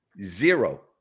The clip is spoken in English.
zero